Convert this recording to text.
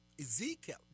Ezekiel